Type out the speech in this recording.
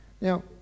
Now